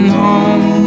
home